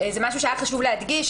זה דבר שהיה חשוב להדגיש.